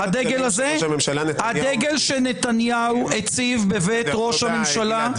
הדגל שנתניהו הציב בבית ראש הממשלה.